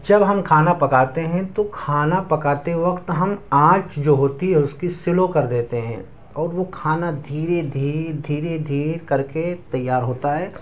جب ہم کھانا پکاتے ہیں تو کھانا پکاتے وقت ہم آنچ جو ہوتی ہے اس کی سلو کر دیتے ہیں اور وہ کھانا دھیرے دھیرے دھیرے دھیرے کر کے تیار ہوتا ہے